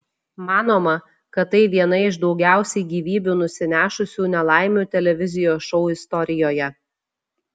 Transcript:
manoma kad tai viena iš daugiausiai gyvybių nusinešusių nelaimių televizijos šou istorijoje